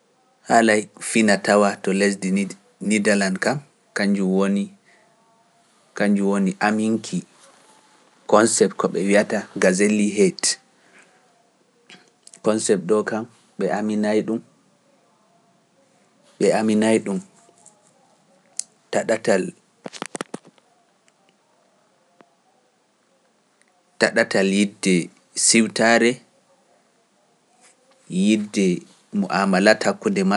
Haalay fina-tawa to leydi Nid- Nidalan kam, kannjum woni, kannjum woni, Aminki concept ko ɓe wiyata gazzalle head, concept ɗoo kam ɓe aminay-ɗum, ɓe aminay-ɗum ta ɗatal, ta ɗatal yidde siwtaare, yidde mu'aamalat.